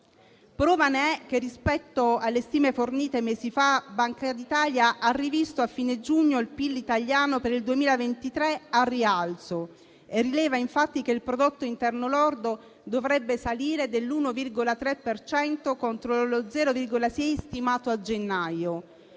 Prova ne è che, rispetto alle stime fornite mesi fa, Banca d'Italia ha rivisto a fine giugno il PIL italiano per il 2023 al rialzo; rileva infatti che il prodotto interno lordo dovrebbe salire dell'1,3 per cento, contro lo 0,6 stimato a gennaio.